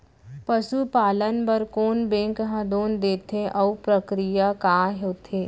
पसु पालन बर कोन बैंक ह लोन देथे अऊ प्रक्रिया का होथे?